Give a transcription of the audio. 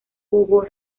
jugó